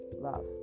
love